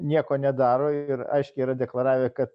nieko nedaro ir aiškiai yra deklaravę kad